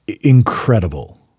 incredible